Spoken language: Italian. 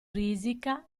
risica